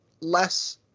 less